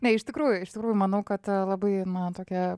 ne iš tikrųjų iš tikrųjų manau kad labai na tokia